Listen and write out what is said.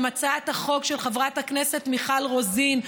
גם הצעת החוק של חברת הכנסת מיכל רוזין,